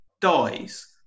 dies